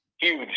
huge